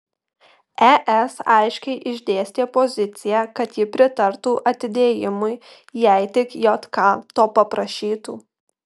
es aiškiai išdėstė poziciją kad ji pritartų atidėjimui jei tik jk to paprašytų